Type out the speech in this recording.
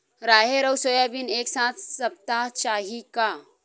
राहेर अउ सोयाबीन एक साथ सप्ता चाही का?